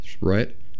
Right